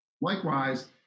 Likewise